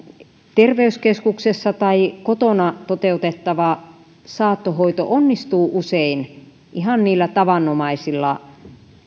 terveyskeskuksessa tai kotona toteutettava saattohoito onnistuu usein ihan niillä tavanomaisilla